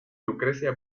lucrecia